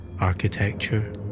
Architecture